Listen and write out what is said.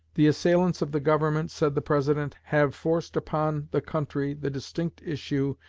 the assailants of the government, said the president, have forced upon the country the distinct issue,